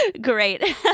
Great